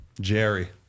Jerry